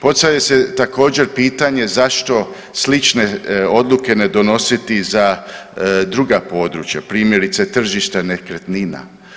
Postavlja se također pitanje zašto slične odluke ne donositi za druga područja, primjerice tržište nekretnina.